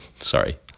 Sorry